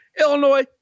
Illinois